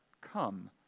come